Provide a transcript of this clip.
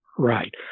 right